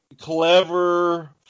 clever